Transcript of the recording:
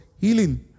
healing